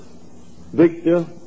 Victor